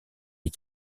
les